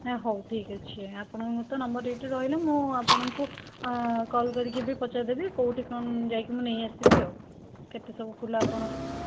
ହଉ ଠିକ୍ ଅଛି ଆପଣଙ୍କର ତ ନମ୍ବର ଏଇଠି ରହିଲା ମୁଁ ଆପଣଙ୍କୁ କଲ୍ କରିକି ବି ପଚାରିଦେବି କେଉଁଠି କ'ଣ ଯାଇକି ମୁଁ ନେଇଆସିବି ଆଉ କେତେ ସବୁ ଫୁଲ ଆପଣ